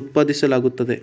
ಉತ್ಪಾದಿಸಲಾಗ್ತದೆ